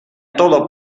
todo